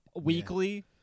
weekly